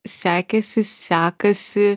sekėsi sekasi